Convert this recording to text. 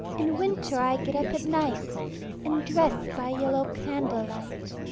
in winter i get up at night and dress by yellow candle-light.